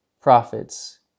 prophets